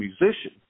musician